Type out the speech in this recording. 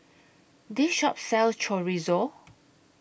This Shop sells Chorizo